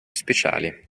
speciali